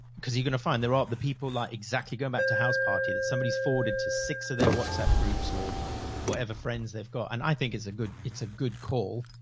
cause you're going to find there are the people like exactly. going back to house party that somebody forwarded to six of their whatsapp groups or whatever friends they've got. and i think it's a good, it's a good call.